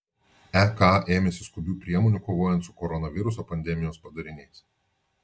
ek ėmėsi skubių priemonių kovojant su koronaviruso pandemijos padariniais